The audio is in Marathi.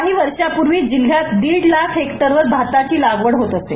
काही वर्षापूर्वी जिल्हयात दीड लाख हेक्टरवर भाताची लागवड होत असे